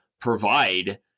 provide